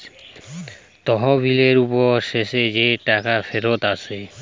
তহবিলের উপর শেষ যে টাকা ফিরত আসে